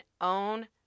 own